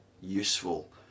useful